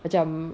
macam